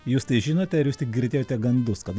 jūs tai žinote ar jūs tik girdėjote gandus kad